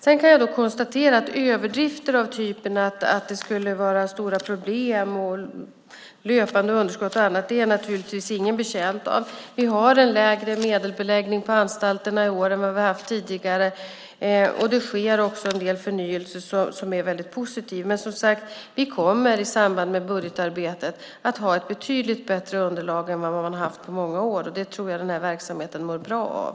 Sedan kan jag konstatera att överdrifter av typen att det skulle vara stora problem, löpande underskott och annat är naturligtvis ingen betjänt av. Vi har en lägre medelbeläggning på anstalterna i år än vad vi har haft tidigare, och det sker också en del förnyelse som är väldigt positiv. Men vi kommer, som sagt, i samband med budgetarbetet att ha ett betydligt bättre underlag än vad man har haft på många år. Det tror jag att den här verksamheten mår bra av.